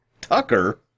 Tucker